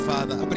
Father